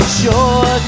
sure